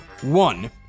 one